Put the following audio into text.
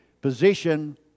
position